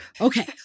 Okay